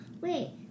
wait